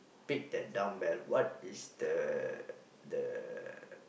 pick that dumbbell what is the the